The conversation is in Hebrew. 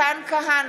בעד מתן כהנא,